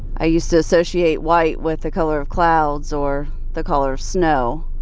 i used to associate white with the color of clouds or the color of snow.